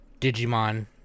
Digimon